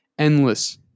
Endless